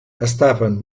estaven